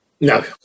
No